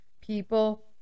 people